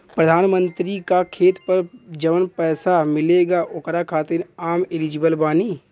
प्रधानमंत्री का खेत पर जवन पैसा मिलेगा ओकरा खातिन आम एलिजिबल बानी?